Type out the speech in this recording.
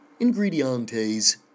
ingredientes